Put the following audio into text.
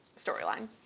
storyline